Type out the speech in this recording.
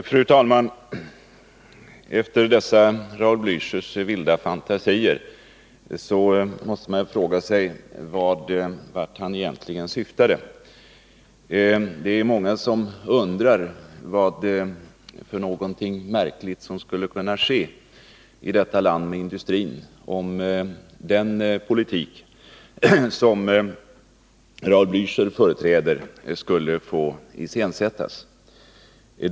Fru talman! Efter dessa Raul Blächers vilda fantasier måste man fråga sig vart han egentligen syftar. Det är många som undrar vad det är för märkliga ting som skulle kunna ske med industrin i vårt land, om den politik som Raul Blächer företräder skulle få iscensättas.